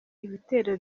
ibitero